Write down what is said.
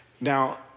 Now